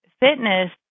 fitness